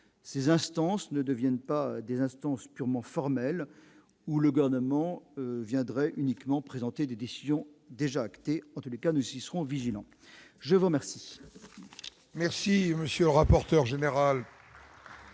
ces instances ne deviennent pas des instances purement formel ou le gouvernement viendrait uniquement présenté des décisions déjà actée en tous les cas, nous y serons vigilants, je vous remercie.